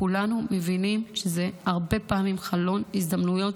כולנו מבינים שזה הרבה פעמים חלון הזדמנויות.